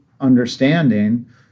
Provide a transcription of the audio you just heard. understanding